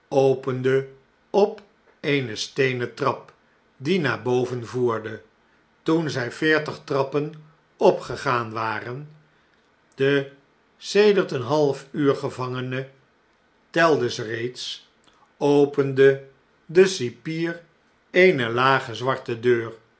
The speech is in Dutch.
opende op eene steenen trap die naar boven voerde toen zjj veertig trappen opgegaan waren de sedert een halfuur gevangene telde ze reeds opende de cipier eene lage zwarte deur